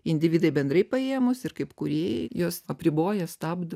individai bendrai paėmus ir kaip kūrėjai juos apriboja stabdo